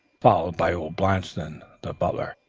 followed by old blanston, the butler.